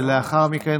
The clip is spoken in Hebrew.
ולאחר מכן,